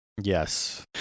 yes